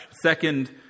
Second